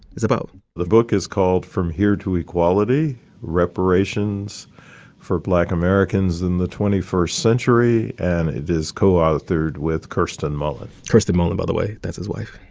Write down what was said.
is about the book is called from here to equality reparations for black americans in the twenty-first century. and it is co-authored with kirsten mullen kirsten mullen, by the way, that's his wife